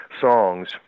songs